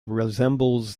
resembles